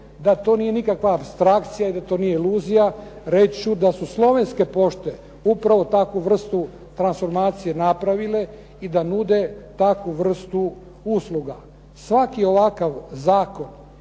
Da to nije nikakva apstrakcija i da to nije iluzija reći ću da su slovenske pošte upravo takvu vrstu transformacije napravile i da nude takvu vrstu usluga. Svaki ovakav zakon,